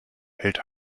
hält